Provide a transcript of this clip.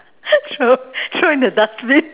throw throw in the dustbin